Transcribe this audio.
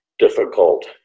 difficult